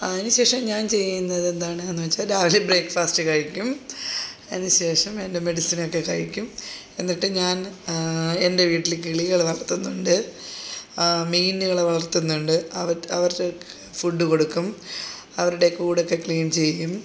അതിനുശേഷം ഞാൻ ചെയ്യുന്നത് എന്താണെന്നു വെച്ചാൽ രാവിലെ ബ്രേക്ക് ഫാസ്റ്റ് കഴിക്കും അതിനുശേഷം എൻ്റെ മെഡിസിൻ ഒക്കെ കഴിക്കും എന്നിട്ട് ഞാൻ എൻ്റെ വീട്ടിൽ കിളികൾ വളർത്തുന്നുണ്ട് മീനുകൾ വളർത്തുന്നുണ്ട് അവ അവരുടെ ഒക്കെ ഫുഡ് കൊടുക്കും അവരുടെ കൂടൊക്കെ ക്ലീൻ ചെയ്യും